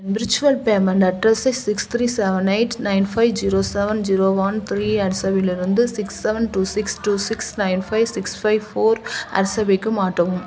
virtual payment address six three seven eight nine five zero seven zero one three at சபிலிருந்து six seven two six two six nine five six five four at சபிக்கு மாற்றவும்